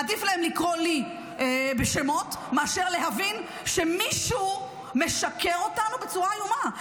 עדיף להם לקרוא לי בשמות מאשר להבין שמישהו משקר אותנו בצורה איומה.